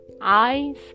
eyes